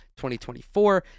2024